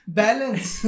balance